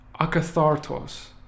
akathartos